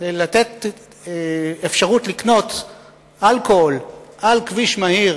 לתת אפשרות לקנות אלכוהול על כביש מהיר,